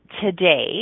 today